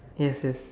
yes yes